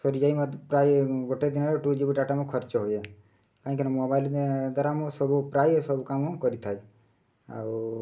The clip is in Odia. ସରିଯାଇ ପ୍ରାୟ ଗୋଟିଏ ଦିନରେ ଟୁ ଜି ବି ଡାଟା ମୁଁ ଖର୍ଚ୍ଚ ହୁଏ କାହିଁକି ନା ମୋବାଇଲ୍ ଦ୍ୱାରା ମୁଁ ସବୁ ପ୍ରାୟ ସବୁ କାମ କରିଥାଏ ଆଉ